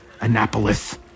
Annapolis